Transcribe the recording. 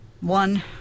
one